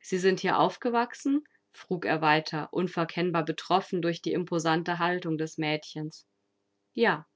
sie sind hier aufgewachsen frug er weiter unverkennbar betroffen durch die imposante haltung des mädchens ja